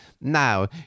Now